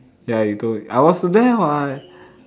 ya you told me I was there what